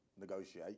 negotiate